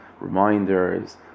reminders